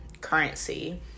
currency